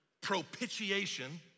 propitiation